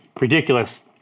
ridiculous